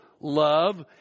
love